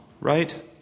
right